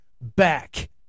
back